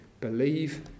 believe